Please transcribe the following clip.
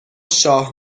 شاه